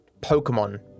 Pokemon